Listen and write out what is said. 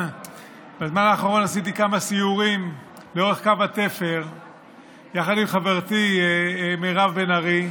בזמן האחרון עשיתי כמה סיורים לאורך קו התפר יחד עם חברתי מירב בן ארי,